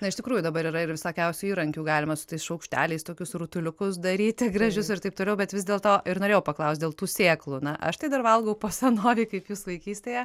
na iš tikrųjų dabar yra ir visokiausių įrankių galima su tais šaukšteliais tokius rutuliukus daryti gražius ir taip toliau bet vis dėl to ir norėjau paklausti dėl tų sėklų na aš tai dar valgau po senovei kaip jūs vaikystėje